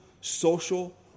social